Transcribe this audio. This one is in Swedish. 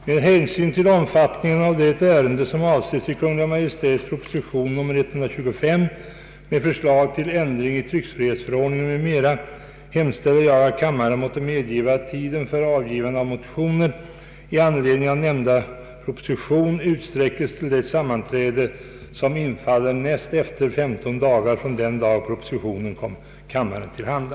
Herr talman! Med hänsyn till omfattningen av det ärende, som avses i Kungl. Maj:ts proposition nr 125, med förslag till ändring i tryckfrihetsförordningen, m.m., hemställer jag, att kammaren måtte medgiva, att tiden för avgivande av motioner i anledning av nämnda proposition utsträckes till det sammanträde, som infaller näst efter femton dagar från den dag propositionen kom kammaren till handa.